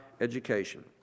Education